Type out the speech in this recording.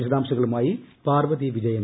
വിശദാംശങ്ങളുമായി പാർവതി വിജയൻ